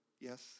Yes